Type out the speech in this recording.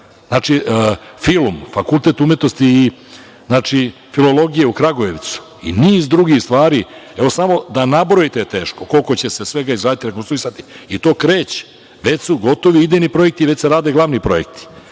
Znači, FILUM, Fakultet umetnosti i filologije u Kragujevcu i niz drugih stvari. Samo da nabrojite je teško koliko će se svega izgraditi i rekonstruisati i to kreće. Već su gotovi idejni projekti i već se rade glavni projekti,